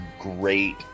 great